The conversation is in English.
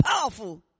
powerful